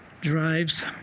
drives